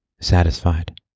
satisfied